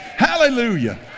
Hallelujah